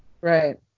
Right